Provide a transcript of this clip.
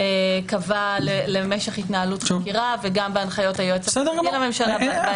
קבע למשך התנהלות חקירה וגם בהנחיות היועץ המשפטי לממשלה.